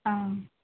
ஆ